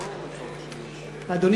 אדוני